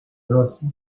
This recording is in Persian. راستی